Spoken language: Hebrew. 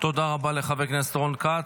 תודה רבה לחבר הכנסת רון כץ.